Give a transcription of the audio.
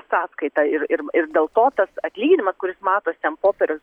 sąskaitą ir ir ir dėl to tas atlyginimą kuris matosi ant popieriaus